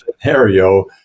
scenario